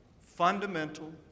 fundamental